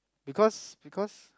because because